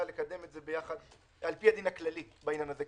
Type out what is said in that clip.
לקדם את זה לפי הדין הכללי בעניין הזה.